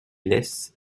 laisse